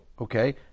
okay